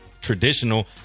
traditional